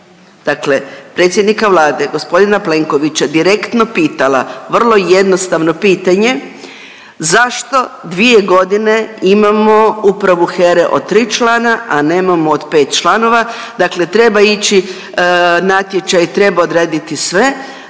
dakle predsjednika Vlade g. Plenkovića direktno pitala vrlo jednostavno pitanje, zašto 2.g. imamo Upravu HERA-e od 3 člana, a nemamo od 5 članova, dakle treba ići natječaj, treba odraditi sve,